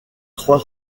trois